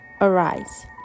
arise